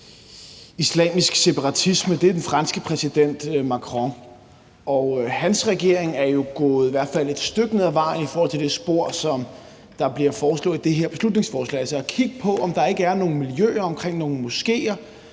islamisk separatisme, er den franske præsident Macron. Og hans regering er jo i hvert fald gået et stykke ned ad vejen i forhold til det spor, som bliver foreslået i det her beslutningsforslag, altså i forhold til at kigge på, om der ikke er nogle miljøer omkring nogle moskéer,